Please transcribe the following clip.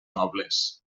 nobles